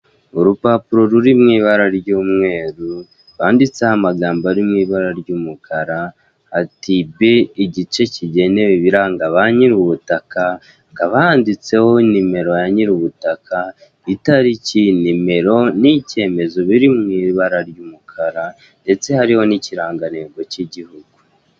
Urupapuro ruri mu ibara ry'umweru banwanditseho amagambo ari mu ibara ry'umukara ati b igice kigenewe ibiranga ba nyir'ubutaka hakaba handitseho nimero ya nyir'ubutaka, itariki nimero n'icyemezo biri mu ibara ry'umukara ndetse hariho n'ikirangantego cy'igihugu.